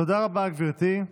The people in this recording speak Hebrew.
תודה רבה, גברתי.